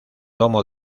domo